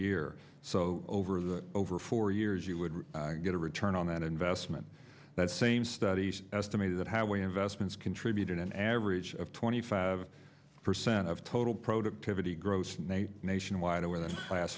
year so over the over four years you would get a return on that investment that same studies estimated that how we investments contribute in an average of twenty five percent of total productivity growth nationwide over the last